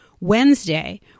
Wednesday